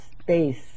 space